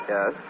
Yes